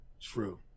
True